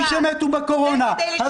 משמתו בקורונה.